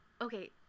okay